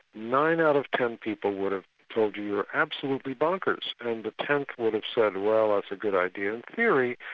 nine out of ten people would have told you you were absolutely bonkers, and the tenth would have said, well that's a good idea in theory,